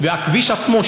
והכביש עצמו,